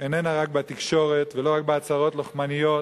איננה רק בתקשורת ולא רק בהצהרות לוחמניות.